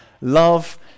Love